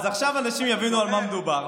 אז עכשיו אנשים יבינו על מה מדובר.